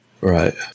Right